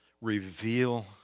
reveal